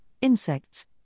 insects